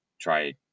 try